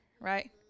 right